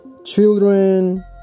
Children